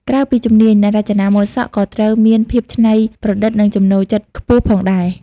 ក្រៅពីជំនាញ អ្នករចនាម៉ូដសក់ក៏ត្រូវមានភាពច្នៃប្រឌិតនិងចំណូលចិត្តខ្ពស់ផងដែរ។